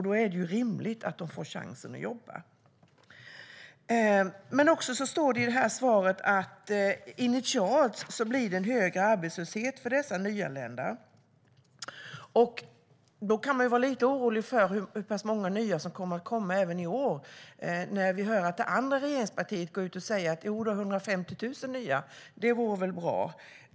Då är det rimligt att de får chansen att jobba. Men arbetsmarknadsministern sa också i svaret att det initialt blir högre arbetslöshet för dessa nyanlända. Därför kan man vara lite orolig för hur många nya som kommer att komma i år, när vi hör att det andra regeringspartiet går ut och säger att 150 000 nya vore bra.